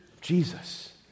Jesus